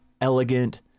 elegant